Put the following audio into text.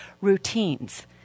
routines